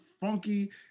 funky